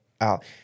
out